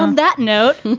um that note,